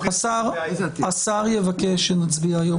השר יבקש שנצביע היום,